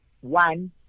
one